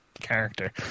character